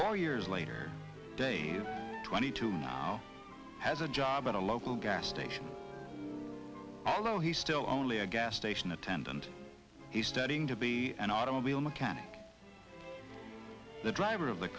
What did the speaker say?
four years later dave twenty two now has a job at a local gas station although he's still only a gas station attendant he's studying to be an automobile mechanic the driver of the